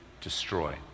destroy